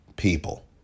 people